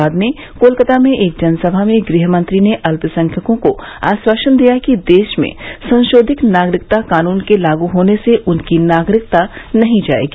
बाद में कोलकाता में एक जनसभा में गृहमंत्री ने अल्पसंख्यकों को आश्वासन दिया कि देश में संशोधित नागरिकता कानून के लागू होने से उनकी नागरिकता नहीं जाएगी